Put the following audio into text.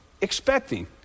Expecting